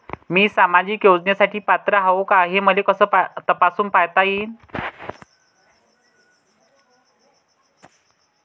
मी सामाजिक योजनेसाठी पात्र आहो का, हे मले कस तपासून पायता येईन?